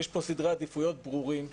יש פה סדרי עדיפויות ברורים.